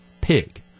pig